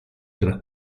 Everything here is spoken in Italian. tra